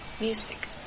Music